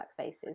workspaces